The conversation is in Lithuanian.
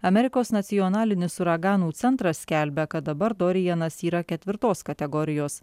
amerikos nacionalinis uraganų centras skelbia kad dabar dorianas yra ketvirtos kategorijos